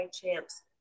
champs